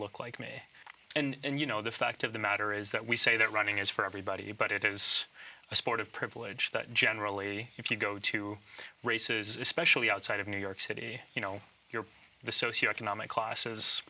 looked like me and you know the fact of the matter is that we say that running is for everybody but it is a sport of privilege that generally if you go to races especially outside of new york city you know you're the socio economic classes